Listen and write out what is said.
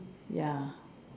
ya